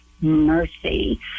Mercy